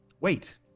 Wait